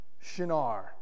Shinar